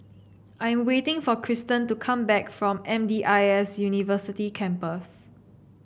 I'm waiting for Kristen to come back from M D I S University Campus